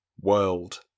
World